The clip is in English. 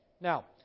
Now